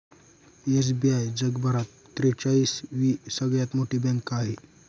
SBI जगभरात त्रेचाळीस वी सगळ्यात मोठी बँक आहे